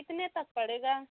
कितने तक पड़ेगा